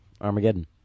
Armageddon